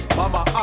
mama